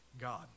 god